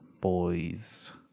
boys